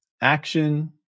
action